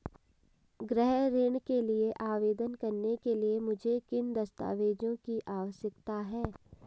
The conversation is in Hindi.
गृह ऋण के लिए आवेदन करने के लिए मुझे किन दस्तावेज़ों की आवश्यकता है?